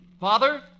Father